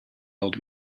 old